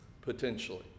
potentially